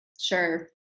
Sure